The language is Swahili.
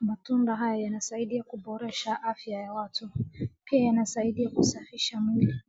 Matunda haya yanasaidia kuboresha afya ya watu. Pia yanasaidia kusafisha mwili